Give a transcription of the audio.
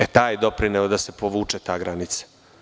E, taj je doprineo da se povuče ta granica.